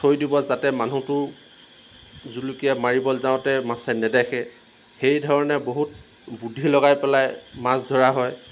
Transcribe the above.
থৈ দিব যাতে মানুহটো জুলুকিয়ে মাৰিবলৈ যাওঁতে যাতে মাছে নেদেখে সেইধৰণে বহুত বুদ্ধি লগাই পেলাই মাছ ধৰা হয়